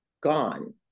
gone